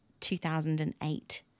2008